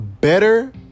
better